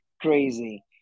crazy